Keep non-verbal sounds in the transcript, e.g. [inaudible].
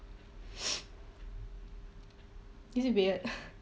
[noise] is it weird [laughs]